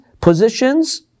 positions